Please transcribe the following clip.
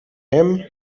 him